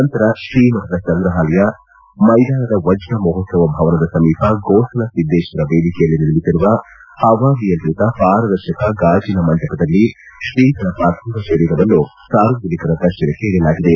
ನಂತರ ತ್ರೀಮಠದ ಸಂಗ್ರಹಾಲಯ ಮೈದಾನದ ವಜ್ರ ಮಹೋತ್ಸವ ಭವನದ ಸಮೀಪ ಗೋಸಲ ಸಿದ್ದೇಶ್ವರ ವೇದಿಕೆಯಲ್ಲಿ ನಿರ್ಮಿಸಿರುವ ಪವಾನಿಯಂತ್ರಿತ ಪಾರದರ್ಶಕ ಗಾಜಿನ ಮಂಟಪದಲ್ಲಿ ಶ್ರೀಗಳ ಪಾರ್ಥಿವ ಶರೀರವನ್ನು ಸಾರ್ವಜನಿಕರ ದರ್ಶನಕ್ಕೆ ಇಡಲಾಗಿದೆ